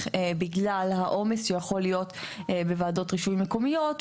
בגלל העומס שיכול להיות בוועדות רישויי מקומיות,